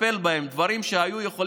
דברים שהיה אפשר לטפל בהם,